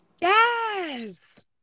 Yes